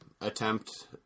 attempt